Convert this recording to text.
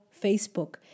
Facebook